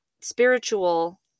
spiritual